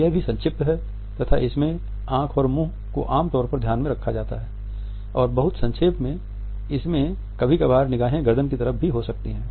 यह भी संक्षिप्त है तथा इसमें आंख और मुंह को आम तौर पर ध्यान में रखा जाता है और बहुत संक्षेप में इसमें कभी कभार निगाहे गर्दन की तरफ भी हो सकती है